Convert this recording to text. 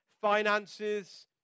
finances